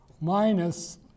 minus